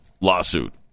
lawsuit